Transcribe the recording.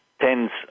tens